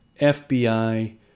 FBI